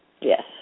Yes